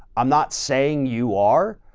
i'm not saying you are,